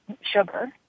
sugar